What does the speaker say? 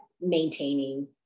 maintaining